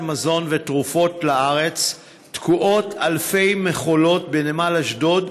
מזון ותרופות לארץ תקועות אלפי מכולות בנמל אשדוד.